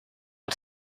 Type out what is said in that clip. els